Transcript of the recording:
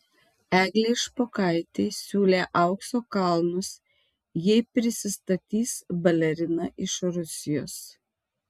eglei špokaitei siūlė aukso kalnus jei prisistatys balerina iš rusijos